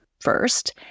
first